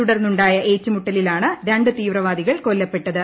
തുടന്നുണ്ടായ ഏറ്റുമുട്ടലിലാണ് രണ്ട് തീവ്രവാദികൾ കൊല്ലപ്പെട്ടത്